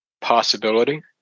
possibility